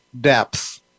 depth